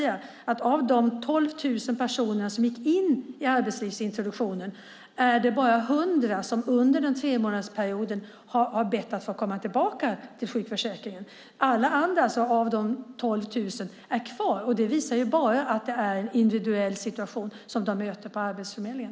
Av de 12 000 personer som gick in i arbetslivsintroduktionen är det bara 100 som under tremånadersperioden har bett om att få komma tillbaka till sjukförsäkringen. Alla andra är kvar. Det visar bara att det är en individuell bedömning som de möter på Arbetsförmedlingen.